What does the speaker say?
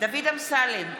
דוד אמסלם,